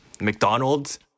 mcdonald's